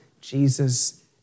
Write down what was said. Jesus